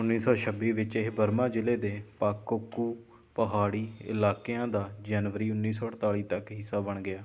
ਉੱਨੀ ਸੌ ਛੱਬੀ ਵਿੱਚ ਇਹ ਬਰਮਾ ਜ਼ਿਲ੍ਹੇ ਦੇ ਪਾਕੋਕੂ ਪਹਾੜੀ ਇਲਾਕਿਆਂ ਦਾ ਜਨਵਰੀ ਉੱਨੀ ਸੌ ਅਠਤਾਲੀ ਤੱਕ ਹਿੱਸਾ ਬਣ ਗਿਆ